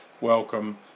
welcome